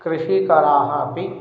कृषिकाराः अपि